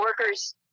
workers